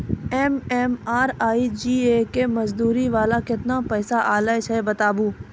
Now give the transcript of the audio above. MNREGA के मज़दूरी वाला केतना पैसा आयल छै बताबू?